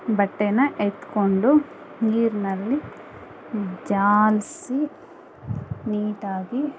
ಬಟ್ಟೇನ ಎತ್ಕೊಂಡು ನೀರಿನಲ್ಲಿ ಜಾಲಿಸಿ ನೀಟಾಗಿ